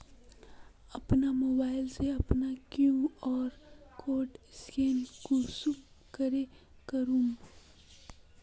अपना मोबाईल से अपना कियु.आर कोड स्कैन कुंसम करे करूम?